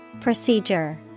Procedure